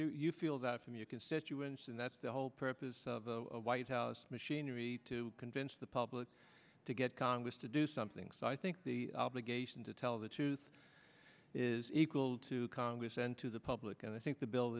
you feel that from your constituents and that's the whole purpose of the white house machinery to convince the public to get congress to do something so i think the obligation to tell the truth is equal to congress and to the public and i think the bill